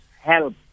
help